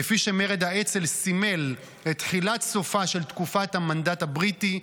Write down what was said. כפי שמרד האצ"ל סימל את תחילת סופה של תקופת המנדט הבריטי,